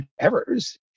errors